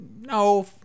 no